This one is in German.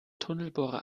tunnelbohrer